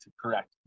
Correct